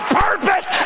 purpose